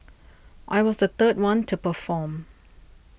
I was the third one to perform